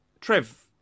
Trev